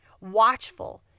Watchful